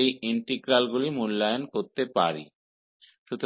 इन integral का मान आसानी से प्राप्त कर सकते हैं